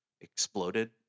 exploded